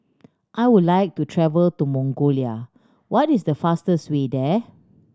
I would like to travel to Mongolia what is the fastest way there